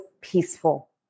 peaceful